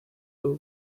will